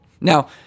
Now